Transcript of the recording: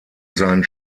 sein